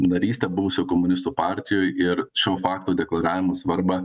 narystę buvusių komunistų partijoj ir šio fakto deklaravimo svarbą